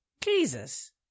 Jesus